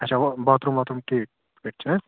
اچھا ہُہ باتھروٗم واتھروٗم ٹھیٖک پٮ۪ٹھ چھِ حظ